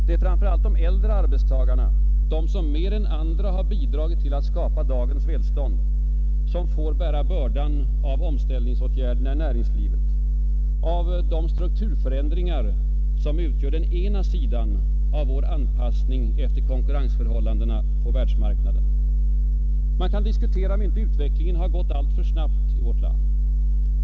Det är framför allt de äldre arbetstagarna — de som mer än andra bidragit till att skapa dagens välstånd — som får bära bördan av omställningsåtgärderna i näringslivet, av de strukturförändringar som utgör den ena sidan av vår anpassning efter konkurrensförhållandena på världsmarknaden. Man kan diskutera om inte utvecklingen gått alltför snabbt i vårt land.